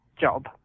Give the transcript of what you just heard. job